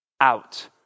out